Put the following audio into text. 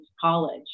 college